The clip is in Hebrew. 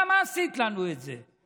למה עשית לנו את זה?